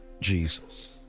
Jesus